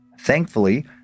Thankfully